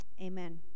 Amen